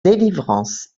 délivrance